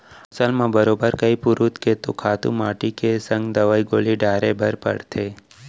फसल म बरोबर कइ पुरूत के तो खातू माटी के संग दवई गोली डारे बर परथे